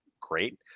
great